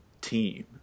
team